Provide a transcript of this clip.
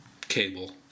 Cable